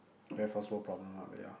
very first world problem ah but yeah